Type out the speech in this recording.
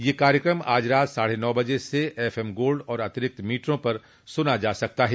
यह कार्यक्रम आज रात साढे नौ बजे से एफएम गोल्ड और अतिरिक्त मीटरों पर सुना जा सकता है